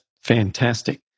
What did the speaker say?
fantastic